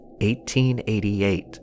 1888